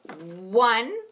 one